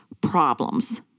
problems